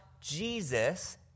Jesus